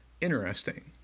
interesting